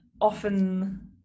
often